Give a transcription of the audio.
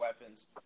weapons